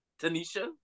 Tanisha